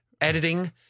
editing